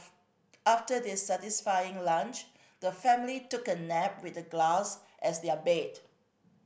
after their satisfying lunch the family took a nap with the grass as their bed